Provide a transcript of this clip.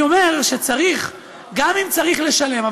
אני אומר, גם אם צריך, לשלם.